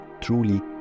truly